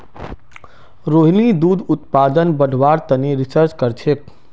रोहिणी दूध उत्पादन बढ़व्वार तने रिसर्च करछेक